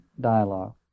dialogue